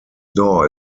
door